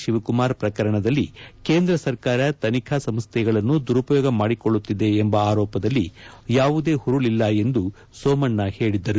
ಶಿವಕುಮಾರ್ ಪ್ರಕರಣದಲ್ಲಿ ಕೇಂದ್ರ ಸರ್ಕಾರ ತನಿಖಾ ಸಂಸ್ದೆಗಳನ್ನು ದುರುಪಯೋಗ ಮಾಡಿಕೊಳ್ಳುತ್ತಿದೆ ಎಂಬ ಆರೋಪದಲ್ಲಿ ಯಾವುದೇ ಹುರುಳಿಲ್ಲ ಎಂದು ಸೋಮಣ್ಡ ಹೇಳಿದರು